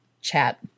chat